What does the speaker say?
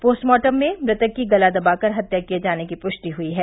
postmortem में मृतक की गला दबा कर हत्या किये जाने की पुष्टि हुई है